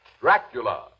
Dracula